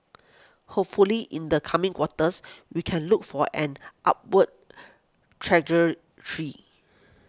hopefully in the coming quarters we can look for an upward trajectory